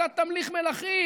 אתה תמליך מלכים,